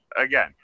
again